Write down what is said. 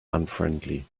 unfriendly